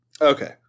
Okay